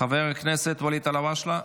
חבר הכנסת ואליד אלהואשלה,